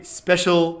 special